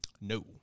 No